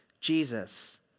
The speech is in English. Jesus